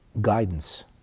Guidance